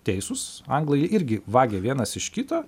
teisūs anglai irgi vagia vienas iš kito